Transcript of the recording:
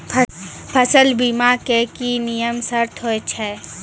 फसल बीमा के की नियम सर्त होय छै?